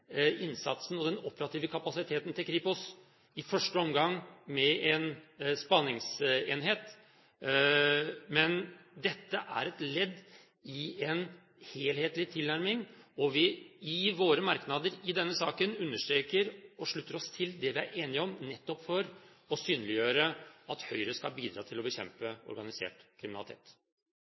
operative kapasiteten til Kripos, i første omgang med en spaningsenhet. Men dette er et ledd i en helhetlig tilnærming, og i våre merknader i denne saken understreker og slutter vi oss til det vi er enige om, nettopp for å synliggjøre at Høyre skal bidra til å bekjempe organisert kriminalitet.